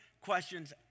questions